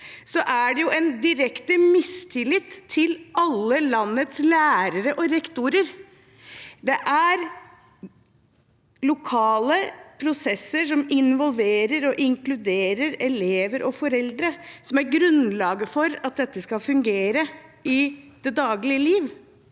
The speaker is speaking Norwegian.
er jo det en direkte mistillit til alle landets lærere og rektorer. Det er lokale prosesser som involverer og inkluderer elever og foreldre som er grunnlaget for at dette skal fungere i det daglige liv.